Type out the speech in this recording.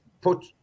put